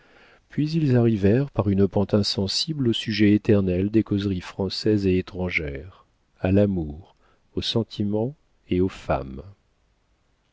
puis ils arrivèrent par une pente insensible au sujet éternel des causeries françaises et étrangères à l'amour aux sentiments et aux femmes